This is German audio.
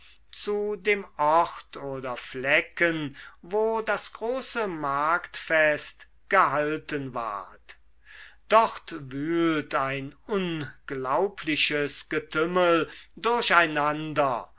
zu dem ort oder flecken wo das große marktfest gehalten ward dort wühlt ein unglaubliches getümmel durcheinander